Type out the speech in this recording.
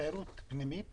תיירות ישראלית באילת?